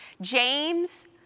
James